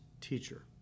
teacher